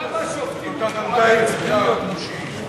כמה שופטים מפוארים צריכים להיות מושעים?